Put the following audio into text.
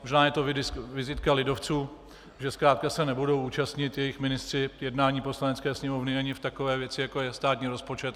Možná je to vizitka lidovců, že zkrátka se nebudou účastnit jejich ministři jednání Poslanecké sněmovny ani v takové věci, jako je státní rozpočet.